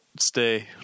stay